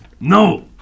No